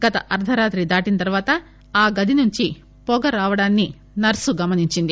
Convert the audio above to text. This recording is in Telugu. గత అర్ధరాత్రి దాటిన తర్వాత ఆ గది నుంచి పొగ రావడాన్ని నర్సు గమనించింది